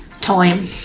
time